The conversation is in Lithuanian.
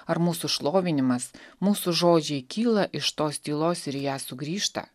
ar mūsų šlovinimas mūsų žodžiai kyla iš tos tylos ir į ją sugrįžta